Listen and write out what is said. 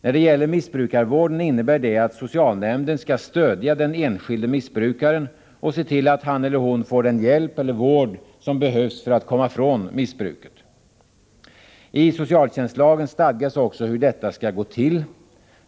När det gäller missbrukarvården innebär det att socialnämnden skall stödja den enskilde missbrukaren och se till att han eller hon får den hjälp eller vård som behövs för att komma från missbruket. I socialtjänstlagen stadgas också hur detta skall gå till.